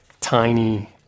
tiny